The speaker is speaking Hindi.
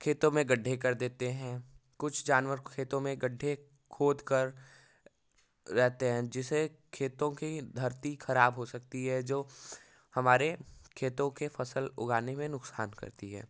खेतों में गड्ढे कर देते हैं कुछ जानवर खेतों में गड्ढे खोदकर रहते हैं जिसे खेतों की धरती खराब हो सकती है जो जो हमारे खेतों के फसल उगाने में नुकसान करती है